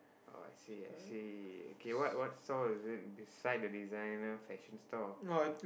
oh i see i see okay what what store is it beside the designer fashion store